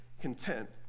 content